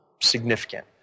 significant